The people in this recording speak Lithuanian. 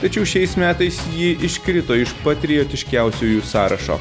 tačiau šiais metais ji iškrito iš patriotiškiausiųjų sąrašo